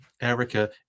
Erica